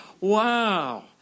Wow